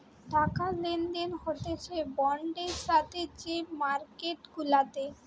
টাকা লেনদেন হতিছে বন্ডের সাথে যে মার্কেট গুলাতে